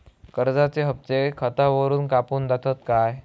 कर्जाचे हप्ते खातावरून कापून जातत काय?